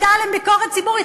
הייתה עליהם ביקורת ציבורית?